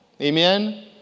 Amen